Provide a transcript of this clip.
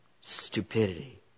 Stupidity